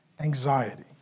anxiety